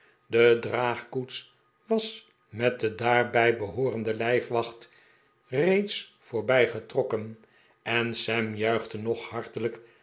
de draagkoets was met de daarbij behoorende lijfwacht reeds voorbijgetrokken en sam juiehte hog hartelijk